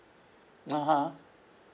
(uh huh)